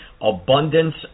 abundance